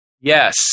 Yes